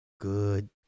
good